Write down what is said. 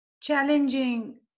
challenging